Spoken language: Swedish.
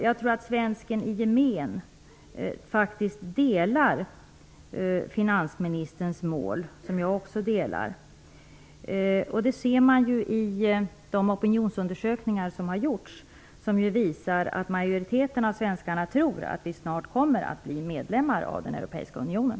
Jag tror att svensken i gemen faktiskt delar finansministerns mål, som jag också delar. Det kan man se av de opinionsundersökningar som har gjorts och som visar att majoriteten av svenskarna tror att Sverige snart kommer att bli medlem av den europeiska unionen.